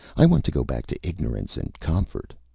i want to go back to ignorance and comfort.